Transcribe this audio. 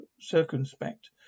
circumspect